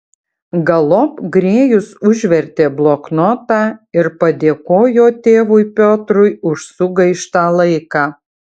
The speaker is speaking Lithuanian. galop grėjus užvertė bloknotą ir padėkojo tėvui piotrui už sugaištą laiką